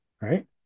right